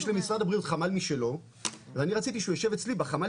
יש למשרד הבריאות חמ"ל משלו ואני רציתי שהוא יישב בחמ"ל